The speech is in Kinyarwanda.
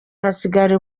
hasigara